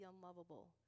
unlovable